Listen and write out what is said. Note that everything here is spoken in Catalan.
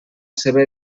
seva